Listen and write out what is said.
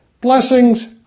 blessings